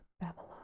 Babylon